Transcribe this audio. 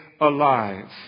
alive